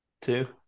two